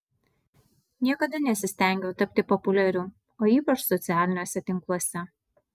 niekada nesistengiau tapti populiariu o ypač socialiniuose tinkluose